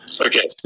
Okay